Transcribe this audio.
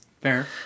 Fair